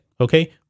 okay